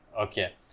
okay